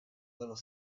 little